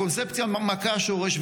הקונספציה מכה שורש.